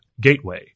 Gateway